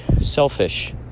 Selfish